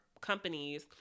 companies